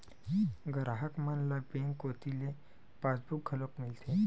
गराहक मन ल बेंक कोती ले पासबुक घलोक मिलथे